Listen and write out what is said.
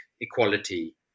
equality